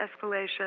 escalation